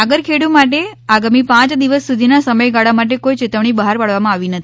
સાગર ખેડુ માટે આગામી પાંચ દિવસ સુધીના સમય ગાળા માટે કોઈ ચેતવણી બહાર પાડવા માં આવી નથી